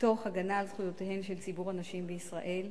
תוך הגנה על זכויותיו של ציבור הנשים בישראל.